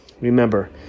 Remember